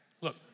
look